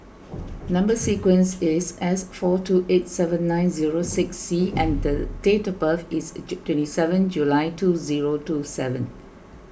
Number Sequence is S four two eight seven nine zero six C and date of birth is twenty seven July two zero two seven